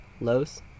lows